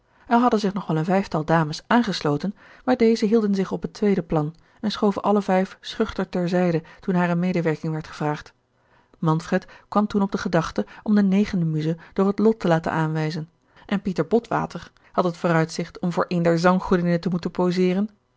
er hadden zich nog wel een vijftal dames aangesloten maar deze hielden zich op het tweede plan en schoven alle vijf schuchter ter zijde toen hare medewerking werd gevraagd manfred kwam toen op de gedachte om de negende muse door het lot te laten aanwijzen en pieter botwater had het vooruitzicht om voor een der zanggodinnen te moeten poseeren